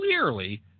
clearly